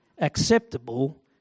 Acceptable